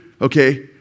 okay